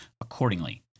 accordingly